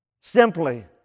simply